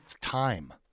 time